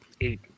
eight